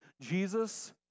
Jesus